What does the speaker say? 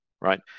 right